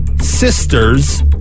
sister's